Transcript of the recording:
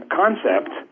concept